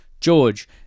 George